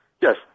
Yes